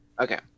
Okay